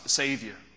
savior